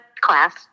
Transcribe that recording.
Class